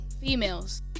females